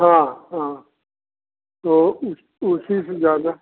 हाँ हाँ तो उस उसी से जाना